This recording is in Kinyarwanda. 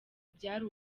byari